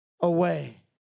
away